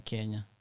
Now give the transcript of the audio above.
Kenya